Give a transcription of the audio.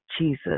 Jesus